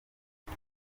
iki